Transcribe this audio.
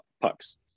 pucks